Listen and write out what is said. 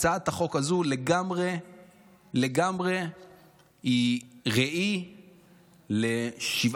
הצעת החוק הזו היא לגמרי לגמרי ראי לשבעת